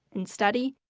and study,